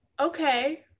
okay